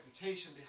reputation